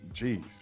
Jeez